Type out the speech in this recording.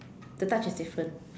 the touch is different